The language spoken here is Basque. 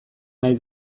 nahi